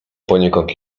poniekąd